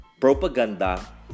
propaganda